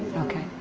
okay.